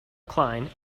klein